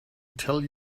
tell